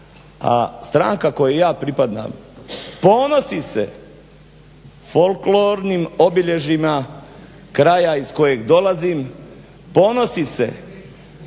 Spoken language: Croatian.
a stranka kojoj ja pripadam ponosi se folklornim obilježjima kraja iz kojeg dolazim, ponosi se